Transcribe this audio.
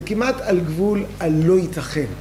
זה כמעט על גבול הלא ייתכן.